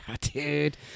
dude